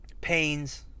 pains